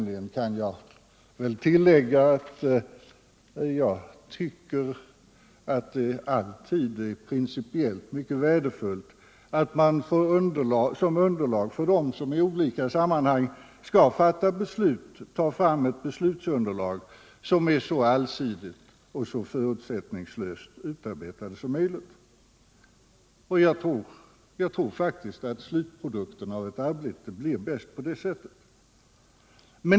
Jag kan personligen tillägga att jag tycker det alltid är principiellt värdefullt att man för dem som i olika sammanhang skall fatta beslut tar fram ett beslutsunderlag som är så allsidigt och förutsättningslöst utarbetat som möjligt. Jag tror att slutprodukten av ett arbete blir bäst på det sättet.